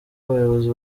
abayobozi